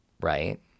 Right